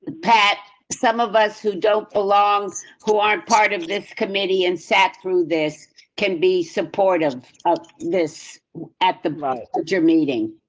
pat, some of us who don't belongs, who aren't part of this committee and sat through. this can be supportive of this at the but meeting.